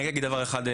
אני אגיד רק דבר אחרון,